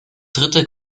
dritte